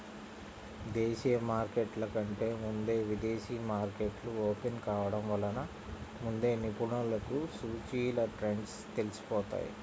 దేశీయ మార్కెట్ల కంటే ముందే విదేశీ మార్కెట్లు ఓపెన్ కావడం వలన ముందే నిపుణులకు సూచీల ట్రెండ్స్ తెలిసిపోతాయి